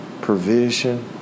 provision